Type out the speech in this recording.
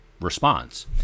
response